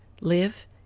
live